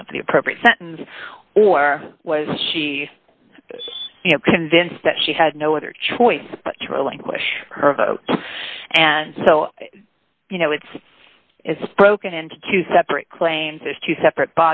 the appropriate sentence or was she you know convinced that she had no other choice but to relinquish her vote and so you know it's broken into two separate claims there's two separate